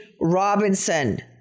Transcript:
Robinson